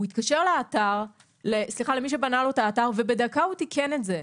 הוא התקשר למי שבנה לו את האתר ובדקה הוא תיקן את זה.